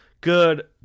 Good